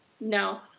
No